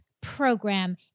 program